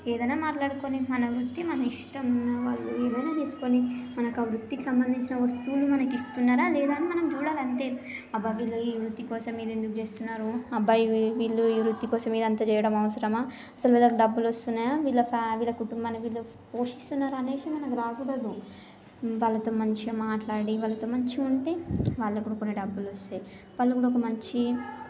ఏదైనా మాట్లాడుకొని మన వృత్తి మన ఇష్టం వాళ్లు ఏదైనా చేసుకొని మనకు ఆ వృత్తికి సంబంధించిన వస్తువులు మనకి ఇస్తున్నారా లేదా అని మనం చూడాలి అంతే అబ్బా వీళ్లు ఈ వృత్తి కోసం ఇది ఎందుకు చేస్తున్నారు అబ్బా వీళ్ళు ఈ వృత్తి కోసం ఇదంతా చేయడం అవసరమా అసలు వీళ్ళకి డబ్బులు వస్తున్నాయా వీళ్ళకి ఫ్యా వీళ్ళ కుటుంబాన్ని వీళ్లు పోషిస్తున్నరా అనేసి మనకి రాకూడదు వాళ్లతో మంచిగా మాట్లాడి వాళ్ళతో మంచిగా ఉంటే వాళ్ళకు కూడా కొన్ని డబ్బులు వస్తాయి వాళ్లు కూడా ఒక మంచి